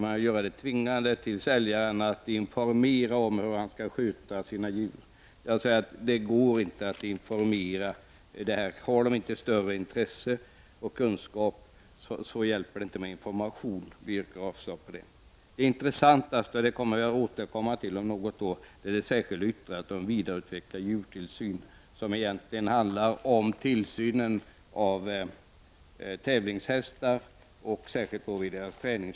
Man vill tvinga säljaren att informera om hur djuren skall skötas. Det går inte att informera om det. Har inte köparen ett större intresse och kunskap hjälper det inte med information. Vi yrkar avslag på detta förslag. Det intressantaste — och det återkommer jag till om något år — är det särskilda yttrandet om vidareutvecklad djurskyddstillsyn. Yttrandet handlar egentligen om tillsynen av tävlingshästar, särskilt vid träning.